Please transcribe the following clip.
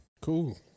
Cool